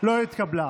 לא התקבלה.